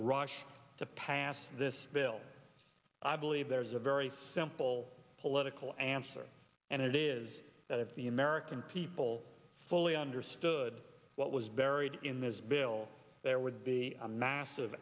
rush to pass this bill i believe there's a very simple political answer and it is that if the american people fully understood what was buried in this bill there would be a massive